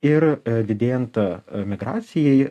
ir didėjant migracijai